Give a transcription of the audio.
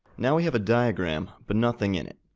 now we have a diagram, but nothing in it.